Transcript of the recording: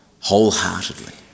wholeheartedly